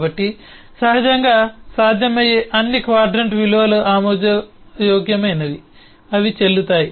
కాబట్టి సహజంగా సాధ్యమయ్యే అన్ని క్వాడ్రంట్ విలువలు ఆమోదయోగ్యమైనవి అవి చెల్లుతాయి